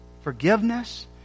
forgiveness